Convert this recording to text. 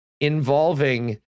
involving